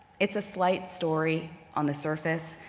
it's a slight story on the surface.